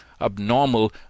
abnormal